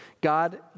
God